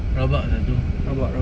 rabak satu